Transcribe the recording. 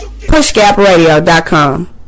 PushGapRadio.com